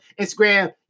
Instagram